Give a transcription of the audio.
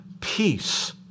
Peace